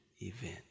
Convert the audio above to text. event